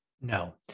no